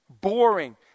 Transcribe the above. Boring